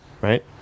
right